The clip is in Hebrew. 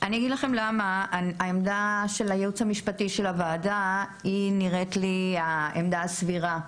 של הייעוץ המשפטי של הוועדה נראית לי העמדה הסבירה,